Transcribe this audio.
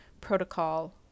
protocol